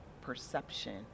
perception